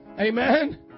Amen